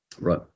Right